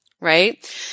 right